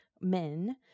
men